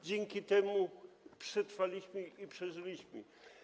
Dzięki temu przetrwaliśmy, przeżyliśmy.